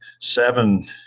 seven